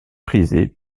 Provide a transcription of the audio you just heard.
prisées